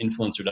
influencer